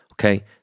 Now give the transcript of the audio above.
Okay